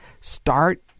start